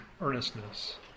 earnestness